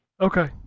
Okay